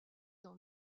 dans